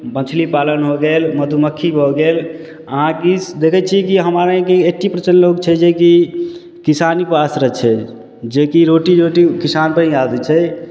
मछली पालन हो गेल मधुमक्खी भऽ गेल अहाँके ई देखै छिए कि हमरा यहाँ कि एट्टी परसेन्ट लोक छै जेकि किसानीपर आश्रित छै जेकि रोटी रोटी किसानपर ही आश्रित छै